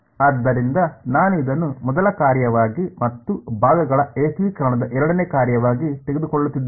ಆದ್ದರಿಂದ ನಾನು ಇದನ್ನು ಮೊದಲ ಕಾರ್ಯವಾಗಿ ಮತ್ತು ಭಾಗಗಳ ಏಕೀಕರಣದ ಎರಡನೇ ಕಾರ್ಯವಾಗಿ ತೆಗೆದುಕೊಳ್ಳುತ್ತಿದ್ದೇನೆ